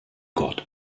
gott